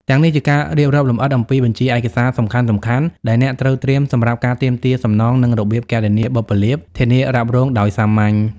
ទាំងនេះជាការរៀបរាប់លម្អិតអំពី បញ្ជីឯកសារសំខាន់ៗ ដែលអ្នកត្រូវត្រៀមសម្រាប់ការទាមទារសំណង និង របៀបគណនាបុព្វលាភ ធានារ៉ាប់រងដោយសាមញ្ញ។